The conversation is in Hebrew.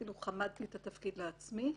אפילו חמדתי את התפקיד לעצמי,